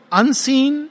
unseen